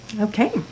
okay